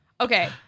okay